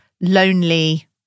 lonely